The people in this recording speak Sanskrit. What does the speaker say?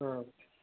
ह